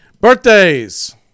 Birthdays